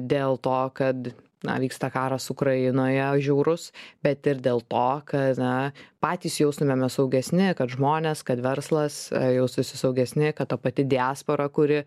dėl to kad na vyksta karas ukrainoje žiaurus bet ir dėl to kad na patys jaustumėmės saugesni kad žmonės kad verslas jaustųsi saugesni kad ta pati diaspora kuri